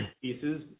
pieces